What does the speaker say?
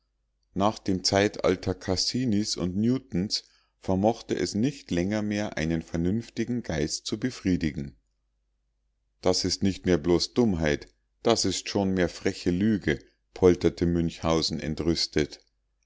nach dem zeitalter cassinis und newtons vermochte es nicht länger mehr einen vernünftigen geist zu befriedigen das ist nicht mehr bloß dummheit das ist schon mehr freche lüge polterte münchhausen entrüstet